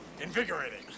Invigorating